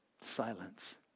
Silence